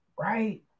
right